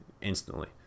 instantly